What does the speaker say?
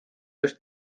just